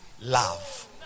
love